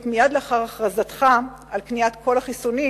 מייד לאחר הכרזתך על קניית כל החיסונים,